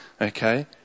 Okay